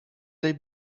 they